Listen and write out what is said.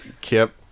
kip